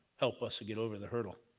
help us get over the hurdle.